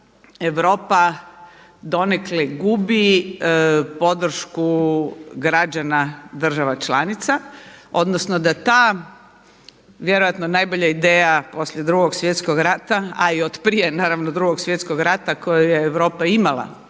da Europa donekle gubi podršku građana država članica odnosno da ta vjerojatno najbolja ideja poslije Drugog svjetskog rata a i otprije naravno Drugog svjetskog rata kojeg je Europa imala